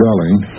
Darling